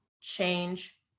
change